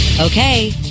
okay